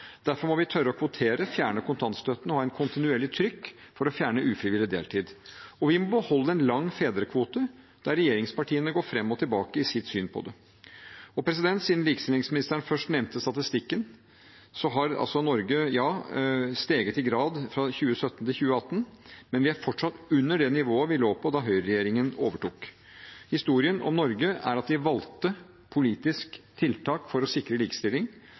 Derfor må vi tørre å kvotere, fjerne kontantstøtten og ha et kontinuerlig trykk for å fjerne ufrivillig deltid. Vi må beholde en lang fedrekvote, der regjeringspartiene går fram og tilbake i sitt syn på det. Siden likestillingsministeren først nevnte statistikken: Ja, Norge har steget i grad fra 2017 til 2018, men vi er fortsatt under det nivået vi lå på da høyreregjeringen overtok. Historien om Norge er at vi valgte politiske tiltak for å sikre likestilling.